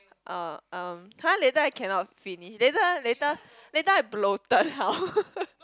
uh um !huh! later I cannot finish later later later I bloated how